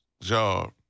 job